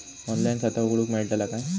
Online खाता उघडूक मेलतला काय?